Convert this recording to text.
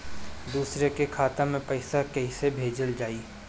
दूसरे के खाता में पइसा केइसे भेजल जाइ?